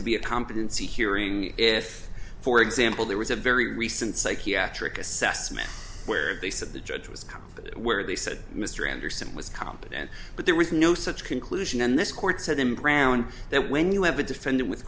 to be a competency hearing if for example there was a very recent psychiatric assessment where base of the judge was where they said mr anderson was competent but there was no such conclusion and this court said in brown that when you have a defendant with